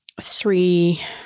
three